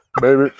baby